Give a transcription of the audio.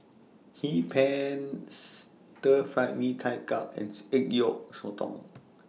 Hee Pan Stir Fried Mee Tai Mak and Salted Egg Yolk Sotong